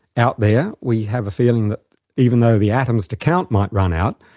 out there we have a feeling that even though the atoms to count might run out,